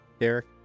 Derek